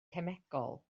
cemegol